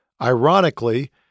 Ironically